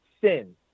sin